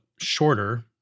shorter